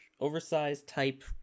Oversized-type